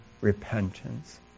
repentance